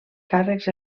càrrecs